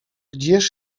gdzież